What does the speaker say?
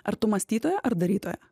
ar tu mąstytoja ar darytoja